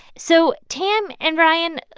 so, tam and ryan,